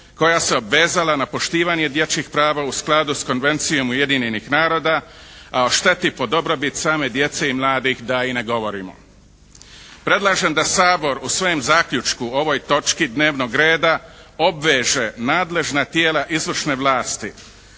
koja se obvezala na poštivanje dječjih prava u skladu s Konvencijom Ujedinjenih naroda, a o šteti po dobrobit same djece i mladih da i ne govorimo. Predlažem da Sabor u svojem zaključku o ovoj točki dnevnog reda obveže nadležna tijela izvršne vlasti